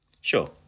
Sure